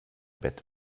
bett